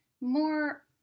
more